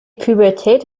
pubertät